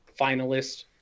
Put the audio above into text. finalist